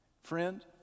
friend